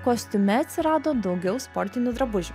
kostiume atsirado daugiau sportinių drabužių